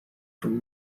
from